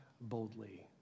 boldly